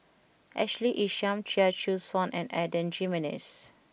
Ashley Isham Chia Choo Suan and Adan Jimenez